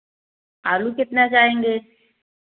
आलू कितना जाएँगे